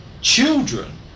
children